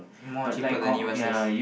more cheaper than U_S S